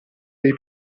dei